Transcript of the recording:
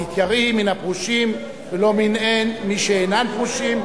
אל תתייראי מן הפרושין ולא מן שאינן פרושין,